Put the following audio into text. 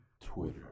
Twitter